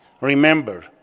remember